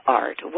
art